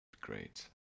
great